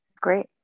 Great